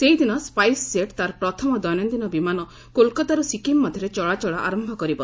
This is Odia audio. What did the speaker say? ସେହିଦିନ ସ୍କାଇସ୍ କେଟ୍ ତା'ର ପ୍ରଥମ ଦୈନନ୍ଦିନ ବିମାନ କୋଲ୍କାତାରୁ ସିକ୍କିମ୍ ମଧ୍ୟରେ ଚଳାଚଳ ଆରମ୍ଭ କରିବ